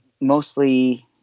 mostly